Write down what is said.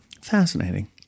Fascinating